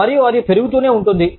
మరియు అది పెరుగుతూనే ఉంటుంది